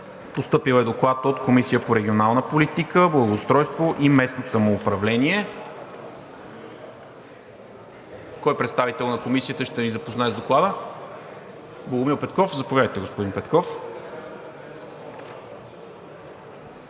Постъпил е Доклад от Комисията по регионална политика, благоустройство и местно самоуправление. Кой представител на Комисията ще ни запознае с Доклада? (Реплика.) Богомил Петков – заповядайте, господин Петков.